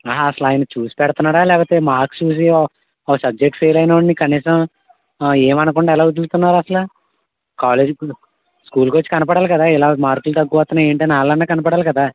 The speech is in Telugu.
అహా అసలు ఆయన చూసి పెడతన్నాడా లేకపోతే మార్క్స్ చూసి ఓ ఒక సబ్జెక్ట్ ఫెయిల్ అయినావు కనీసం ఏమనకుండా ఎలా వదులుతున్నారు అసల కాలేజ్ స్కూల్ కొచ్చి కనపడాల కదా ఇలా మార్కులు తక్కువస్తున్నాయ్ ఏంటని వాళ్ళన్నా కనపడాలి కదా